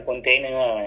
ya